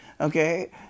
Okay